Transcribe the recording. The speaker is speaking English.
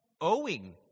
owing